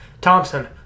Thompson